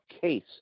case